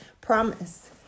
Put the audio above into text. promise